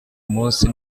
munsi